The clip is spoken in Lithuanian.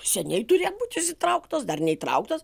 seniai turėjo būt jos įtrauktos dar neįtrauktos